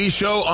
show